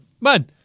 man